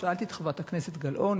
שאלתי את חברת הכנסת גלאון,